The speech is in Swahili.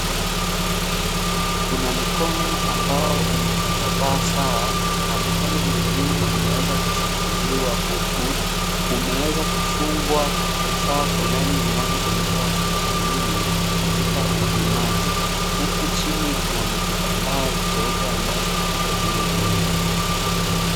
Kuna mkono ambao umevaa Saa na mkono mwingine umeweza kushikiliwa huku umeweza kufungwa vifaa fulani vinavyotumika hospitalini katika upimaji, huku chini kuna kitambaa jeupe ambacho kipo juu ya meza.